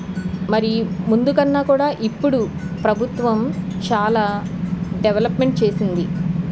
మరి ముందు కన్నా కూడా ఇప్పుడు ప్రభుత్వం చాలా డెవలప్మెంట్ చేసింది